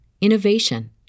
innovation